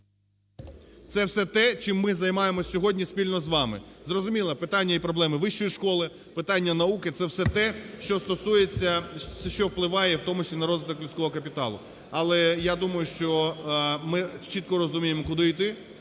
Це все те, чим ми займаємося сьогодні спільно з вами. Зрозуміло, питання і проблеми вищої школи, питання науки – це все те, що стосується… що впливає у тому числі на розвиток людського капіталу. Але я думаю, що ми чітко розуміємо, куди йти,